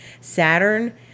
Saturn